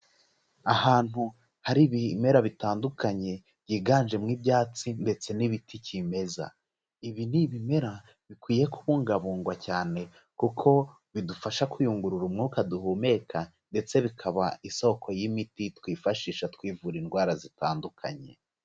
Ahantu hari ibimera bitandukanye byiganjemo ibyatsi ndetse n'ibiti cyimeza. Ibi ni ibimera bikwiye kubungabungwa cyane kuko bidufasha kuyungurura umwuka duhumeka, ndetse bikaba isoko y'imiti twifashisha twivura indwara zitandukanye.